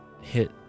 hit